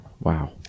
Wow